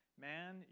man